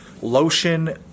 lotion